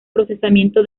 procesamiento